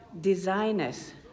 designers